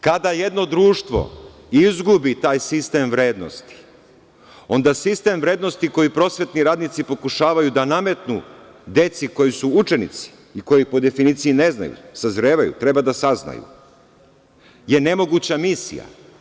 Kada jedno društvo izgubi taj sistem vrednosti, onda sistem vrednosti koji prosvetni radnici pokušavaju da nametnu deci koji su učenici i koji po definiciji ne znaju, sazrevaju, treba da saznaju, je nemoguća misija.